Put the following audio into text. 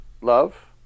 Love